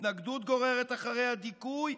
התנגדות גוררת אחריה דיכוי.